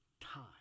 time